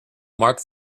mark